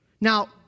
Now